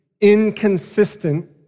inconsistent